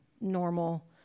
normal